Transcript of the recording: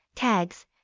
tags